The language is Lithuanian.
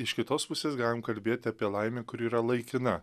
iš kitos pusės galim kalbėti apie laimę kuri yra laikina